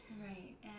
Right